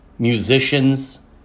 Musicians